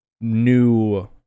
new